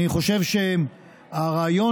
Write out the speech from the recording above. אני חושב שהרעיון,